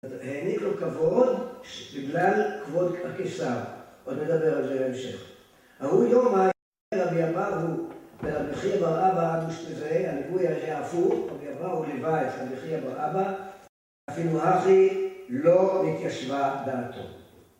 העניק לו כבוד בגלל כבוד הקיסר. עוד נדבר על זה בהמשך. ההוא יומא, אלויה רבי אבהו לרבי חייא בר אבא עד אושפיזיה, רבי אבהו ליווה את רבי חייא בר אבא, אפילו הכי לא התיישבה דעתו.